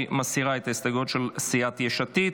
מסירה את ההסתייגויות של סיעת יש עתיד.